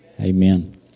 Amen